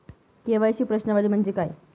KYC प्रश्नावली म्हणजे काय?